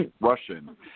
Russian